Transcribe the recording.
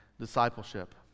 discipleship